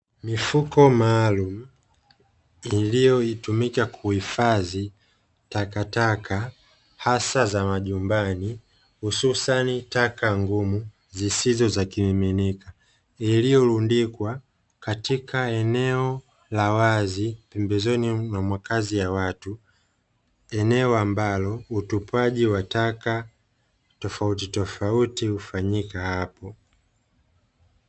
Mifuko maalum iliyotumika kuhifadhi takataka hasa za majumbani hususani taka ngumu zisizoza kimiminika, iliyorundikwa katika eneo la wazi pembezoni na makazi ya watu, eneo ambalo utupaji wa taka tofautitofauti hufanyika hapo.